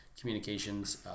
Communications